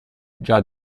già